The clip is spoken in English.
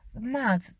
mad